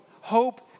hope